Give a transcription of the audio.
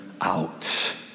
out